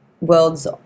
worlds